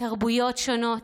מתרבויות שונות,